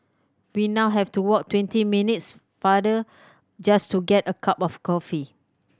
we now have to walk twenty minutes farther just to get a cup of coffee